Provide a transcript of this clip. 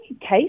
case